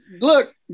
look